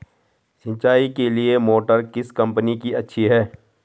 सिंचाई के लिए मोटर किस कंपनी की अच्छी है?